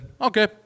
okay